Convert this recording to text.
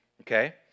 Okay